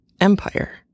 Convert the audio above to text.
Empire